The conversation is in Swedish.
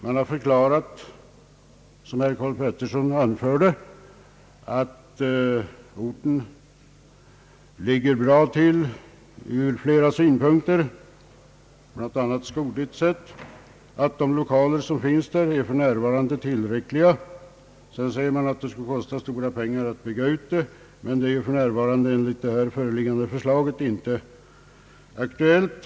Man har förklarat, som herr Karl Pettersson anförde, att orten ligger bra till ur flera synpunkter, bl.a. skogligt sett, och att de lokaler som finns där för närvarande är tillräckliga. Utredningen säger vidare att det skulle kosta stora pengar att bygga ut skolan, men enligt det föreliggande förslaget är det inte aktuellt.